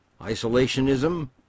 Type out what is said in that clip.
isolationism